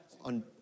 on